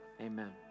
amen